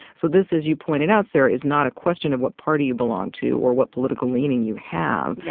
so this, as you pointed out, sarah, is not a question of what party you belong to or what political leaning you have. yeah